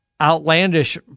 outlandish